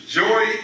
joy